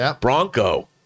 Bronco